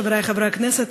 חברי חברי הכנסת,